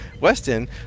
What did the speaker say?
Weston